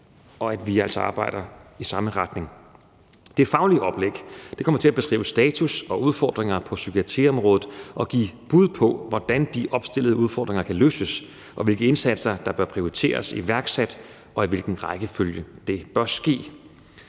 og at vi altså arbejder i samme retning. Det faglige oplæg kommer til at beskrive status og udfordringer på psykiatriområdet og give bud på, hvordan de opstillede udfordringer kan løses, og hvilke indsatser der bør prioriteres iværksat, og i hvilken rækkefølge det bør ske.